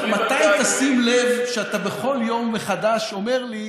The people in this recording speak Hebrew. מתי תשים לב שאתה בכל יום מחדש אומר לי: